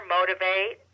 motivate